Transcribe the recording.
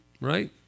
Right